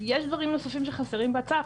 יש דברים נוספים שחסרים בהצעה,